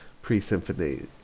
pre-Symphony